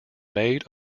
made